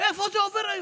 איפה זה עובר היום?